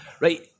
Right